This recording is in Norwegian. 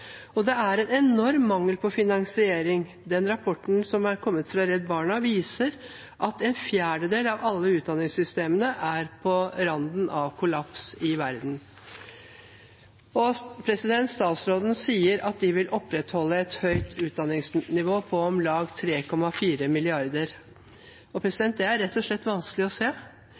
Det er en enorm mangel på finansiering. Rapporten som er kommet fra Redd Barna, viser at en fjerdedel av alle utdanningssystemene i verden er på randen av kollaps. Statsråden sier at de vil opprettholde et høyt utdanningsnivå på om lag 3,4 mrd. kr. Det er rett og slett vanskelig å se.